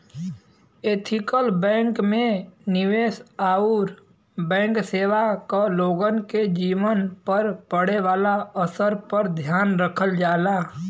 ethical bank में निवेश आउर बैंक सेवा क लोगन के जीवन पर पड़े वाले असर पर ध्यान रखल जाला